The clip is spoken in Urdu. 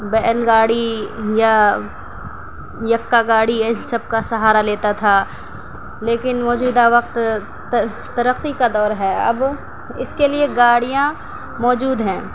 بیل گاڑی یا یکا گاڑی یا ان سب کا سہارا لیتا تھا لیکن موجودہ وقت ترقّی کا دور ہے اب اس کے لیے گاڑیاں موجود ہیں